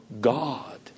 God